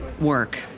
work